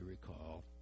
recall